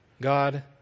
God